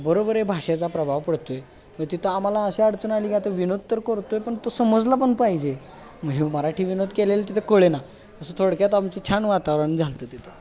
बरोबर आहे भाषेचा प्रभाव पडतो आहे मग तिथं आम्हाला अशा अडचण आली का तर विनोद तर करतो आहे पण तो समजला पण पाहिजे मग हे मराठी विनोद केलेलं तिथं कळेना असं थोडक्यात आमचे छान वातावरण झालं होतं तिथं